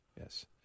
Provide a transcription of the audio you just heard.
Yes